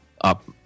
up